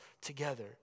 together